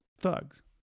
thugs